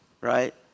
right